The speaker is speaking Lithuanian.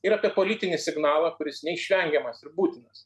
ir apie politinį signalą kuris neišvengiamas ir būtinas